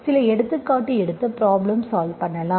சில எடுத்துக்காட்டு எடுத்து ப்ரோப்லேம் சால்வ் பண்ணலாம்